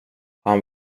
han